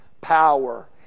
power